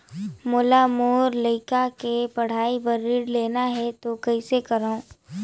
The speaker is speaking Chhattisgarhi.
मोला मोर लइका के पढ़ाई बर ऋण लेना है तो कौन करव?